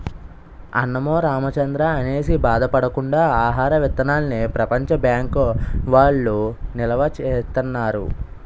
అన్నమో రామచంద్రా అనేసి బాధ పడకుండా ఆహార విత్తనాల్ని ప్రపంచ బ్యాంకు వౌళ్ళు నిలవా సేత్తన్నారు